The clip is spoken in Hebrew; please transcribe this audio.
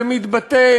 זה מתבטא